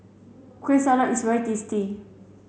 Kueh Salat is very tasty